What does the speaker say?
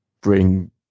bring